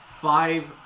five